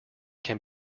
can